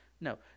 No